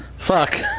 Fuck